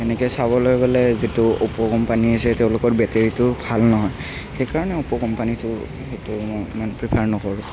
এনেকৈ চাবলৈ গ'লে যিটো অপ' কোম্পানী আছে তেওঁলোকৰ বেটেৰীটো ভাল নহয় সেই কাৰণে অপ কোম্পানীটো সেইটো মই ইমান প্ৰিফাৰ নকৰোঁ